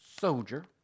soldier